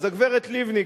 הגברת לבני,